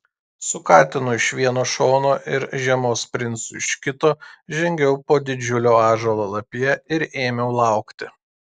su katinu iš vieno šono ir žiemos princu iš kito žengiau po didžiulio ąžuolo lapija ir ėmiau laukti